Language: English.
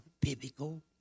biblical